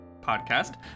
podcast